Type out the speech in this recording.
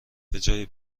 بجای